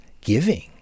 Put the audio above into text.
giving